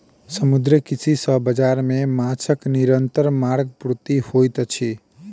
समुद्रीय कृषि सॅ बाजार मे माँछक निरंतर मांग पूर्ति होइत अछि